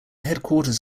headquarters